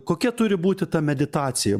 kokia turi būti ta meditacija